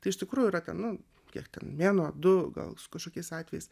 tai iš tikrųjų yra ten nu kiek ten mėnuo du gal kažkokiais atvejais